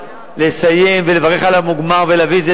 לסיים ולברך על המוגמר ולהביא את זה